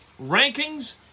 Rankings